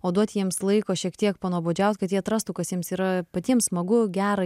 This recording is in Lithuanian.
o duoti jiems laiko šiek tiek panuobodžiaut kad jie atrastų kas jiems yra patiems smagu gera